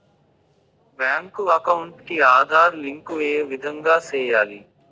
Bank account కి Aadhaar link ఏ విధంగా సెయ్యాలి?